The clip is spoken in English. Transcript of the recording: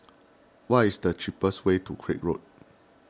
what is the cheapest way to Craig Road